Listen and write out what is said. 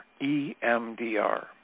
EMDR